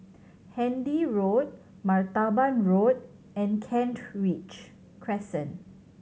Handy Road Martaban Road and Kent Ridge Crescent